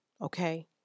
Okay